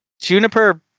Juniper